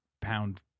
pound